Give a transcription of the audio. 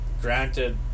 granted